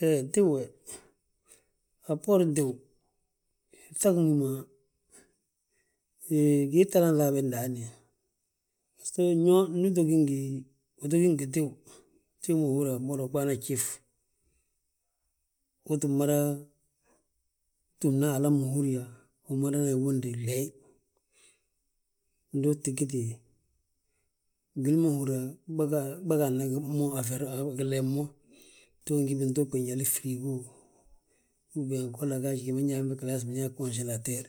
He, tíw we, a bboorin tíw, ŧagin wi ma gii talanŧi habe ndaani. Baso anyo, ndu uto gí ngi tíw, tíw ma húri yaa mbolo uɓaana gjif. Uu tim mada túmna hala ma húrin yaa, wi madana wundi gleey, nduu tti giti gwili mahúri yaa bâa gaadna mo, a feri gilee mo. Bto gi ma bintuug bo janli firigo, uben golla gaaj, gima nyaa be, gi ma nyaa be galas binyaa gojilator.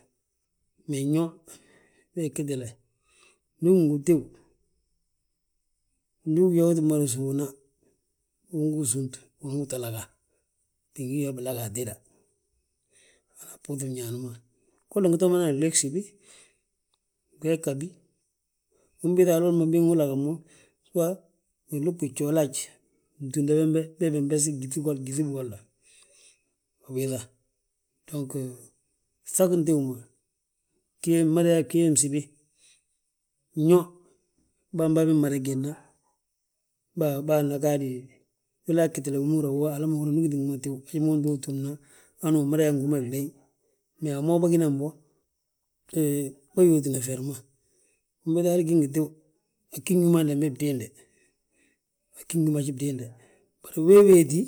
Mee nyo gee gitilile, ndu ugí ngi tíw, ndu ugí yaa uu tuu mada sówna, ungu súut, unan wi to laga, biyaa bilaga atéda, hana bbuŧi mñaan ma, golla ngi too mo hana glee gsibi, glee ghabi. Unbiiŧa halooli mo beg ngu lag mo, suwa binluɓi gjoole haj, btúnda bembe bee bi, bee bi nbesi gyíhi, gyíŧi bigolla. Ubiiŧa dong, ŧagin tíw ma, gi yeen, mada yaa giyeen nsibi. Iyoo, bamba bi mmada gédna, bawo bâana, wilaa ggitile hala ma húri yaa ndi bigiti mo tíw hemma unto wi túmna, hanu wi mada yaa ngi hú ma gleey. Mee, a mo bâginan bo, hee bâyuutina feri ma. Mbolo hal gí ngi tíw, agí ngi hú ma andembe bdiinde, agí ngi hú ma haj bdiinde, bari we wéeti.